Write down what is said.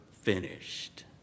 finished